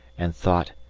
and thought,